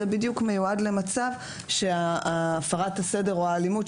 זה בדיוק מיועד למצב שהפרת הסדר או האלימות,